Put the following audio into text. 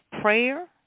prayer